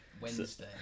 Wednesday